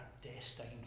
destined